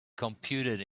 computed